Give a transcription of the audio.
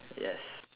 yes